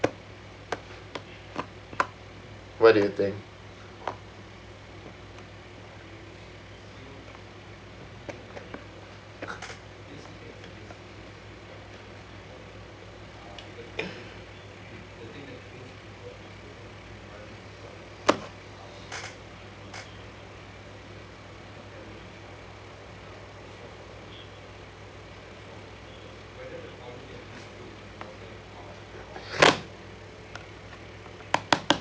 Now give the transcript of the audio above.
what do you think